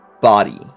body